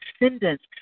descendants